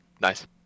Nice